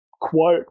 quote